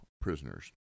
prisoners